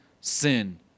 sin